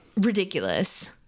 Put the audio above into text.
ridiculous